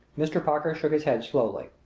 mr. parker shook his head slowly.